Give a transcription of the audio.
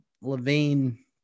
Levine